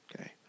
Okay